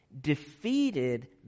defeated